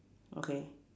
okay